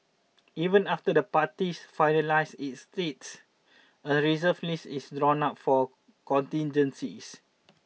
even after the party finalises its slate a reserve list is drawn up for contingencies